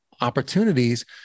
opportunities